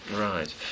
Right